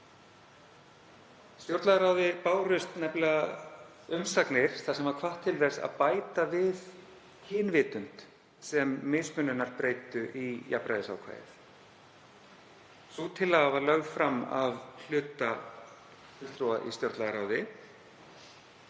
Stjórnlagaráði bárust nefnilega umsagnir þar sem hvatt var til þess að bæta við kynvitund sem mismununarbreytu í jafnræðisákvæðið. Sú tillaga var lögð fram af hluta fulltrúa í stjórnlagaráði